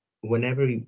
whenever